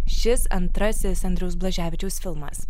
šis antrasis andriaus blaževičiaus filmas